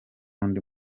undi